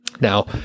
Now